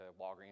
Walgreens